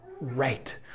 right